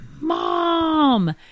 Mom